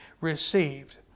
received